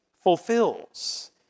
fulfills